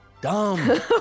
Dumb